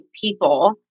people